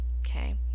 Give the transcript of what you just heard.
Okay